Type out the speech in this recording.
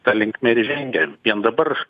ta linkme ir žengia vien dabar